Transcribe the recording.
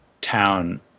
town